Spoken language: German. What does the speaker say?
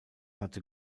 hatte